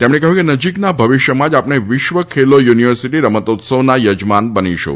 તેમણે કહ્યું કે નજીકના ભવિષ્યમાં જ આપણે વિશ્વ ખેલો યુનિવર્સિટી રમતોત્સવના યજમાન બનીશું